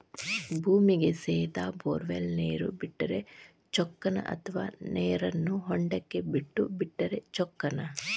ಭೂಮಿಗೆ ಸೇದಾ ಬೊರ್ವೆಲ್ ನೇರು ಬಿಟ್ಟರೆ ಚೊಕ್ಕನ ಅಥವಾ ನೇರನ್ನು ಹೊಂಡಕ್ಕೆ ಬಿಟ್ಟು ಬಿಟ್ಟರೆ ಚೊಕ್ಕನ?